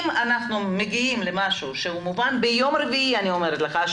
אם אנחנו מגיעים למשהו שמובן לכולם,